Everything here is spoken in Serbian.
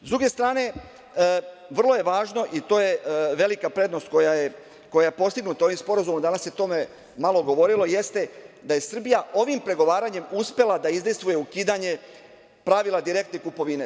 Sa druge strane, vrlo je važno i to je velika prednost koja je postignuta ovim sporazumom, danas se o tome malo govorilo, jeste da je Srbija ovim pregovaranjem uspela da izdejstvuje ukidanje pravila direktne kupovine.